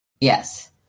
Yes